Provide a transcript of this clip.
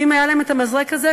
ואם היה להם המזרק הזה,